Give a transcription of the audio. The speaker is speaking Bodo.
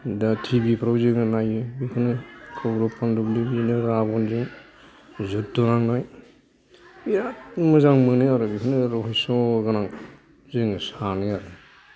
दा टिभि फ्राव जों नाययो बिखौनो कौरभ फानदबनि राबनजों जुध्द' नांनाय बिराद मोजां मोनो आरो बिखौनो रहस्य गोनां जोंङो सानो आरो